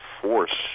force